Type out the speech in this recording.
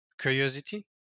curiosity